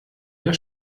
der